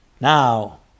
now